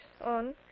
on